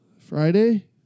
Friday